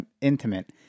intimate